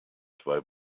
zwei